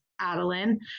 Adeline